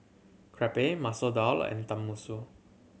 Crepe Masoor Dal and Tenmusu